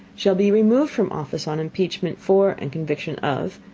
shall be removed from office on impeachment for, and conviction of,